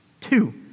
Two